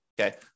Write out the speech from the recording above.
okay